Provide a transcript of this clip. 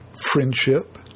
friendship